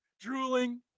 Drooling